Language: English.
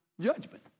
judgment